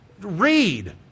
read